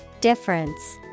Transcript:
Difference